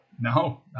No